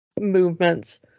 movements